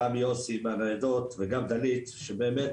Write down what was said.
גם יוסי מהניידות וגם דלית שבאמת